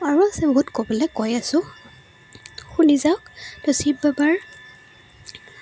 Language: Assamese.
আৰু আছে বহুত ক'বলৈ কৈ আছো শুনি যাওক তো শিৱ বাবাৰ